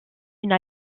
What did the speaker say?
une